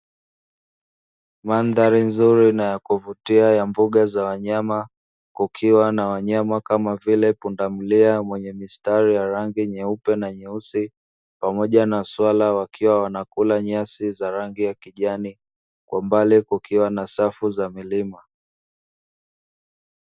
Mandhari nzuri na ya kuvutia ya mbuga za wanyama, kukiwa na wanyama kama vile pundamila mwenye mistari ya rangi nyeupe na nyeusi, pamoja na swala wakiwa wanakula nyasi za rangi ya kijani kwa mbali kukiwa na safu za milima.